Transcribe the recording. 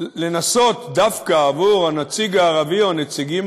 לנסות דווקא עבור הנציג הערבי או הנציגים